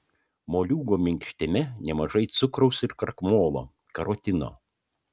moliūgo minkštime nemažai cukraus ir krakmolo karotino